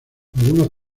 algunos